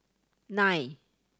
nine